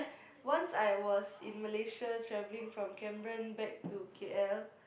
once I was in Malaysia travelling from Cameroon back to K_L